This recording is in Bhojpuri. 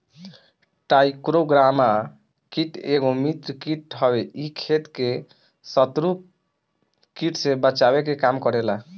टाईक्रोग्रामा कीट एगो मित्र कीट हवे इ खेत के शत्रु कीट से बचावे के काम करेला